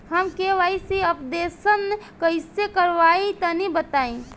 हम KYC updation कइसे करवाई तनि बताई?